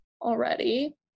already